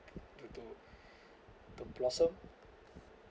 to do to blossom